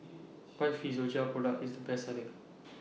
Physiogel Product IS The Best Selling